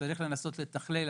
שצריך לנסות לתכלל.